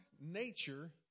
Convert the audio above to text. nature